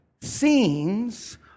scenes